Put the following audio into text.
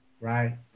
right